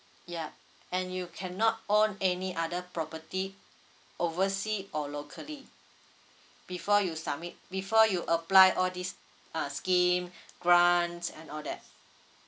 yup and you cannot own any other property oversea or locally before you submit before you apply all these uh scheme grants and all that